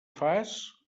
fas